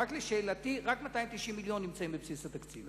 לשאלתי, רק 290 מיליון נמצאים בבסיס התקציב.